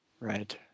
Right